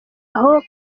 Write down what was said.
aho